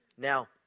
Now